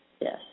Yes